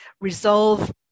resolve